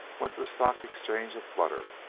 went the stock-exchange a flutter,